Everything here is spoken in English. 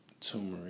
turmeric